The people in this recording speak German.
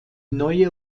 neue